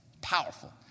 Powerful